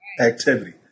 activity